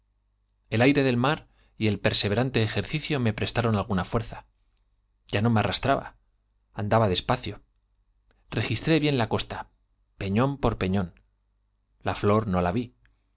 el aire del mar y el perseverante ejercicio me prestaron alguna fuerza ya no me arrastraba nclaba despacio registré bien la costa peñón por peñón la flor no la vi